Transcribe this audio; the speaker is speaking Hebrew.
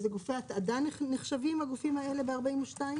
גופי התעדה נחשבים הגופים האלה ב-42?